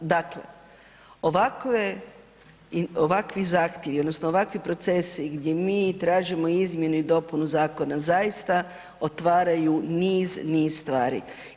Dakle, ovakve, ovakvi zahtjevi odnosno ovakvi procesi gdje mi tražimo izmjenu i dopunu zakona zaista otvaraju niz, niz stvari.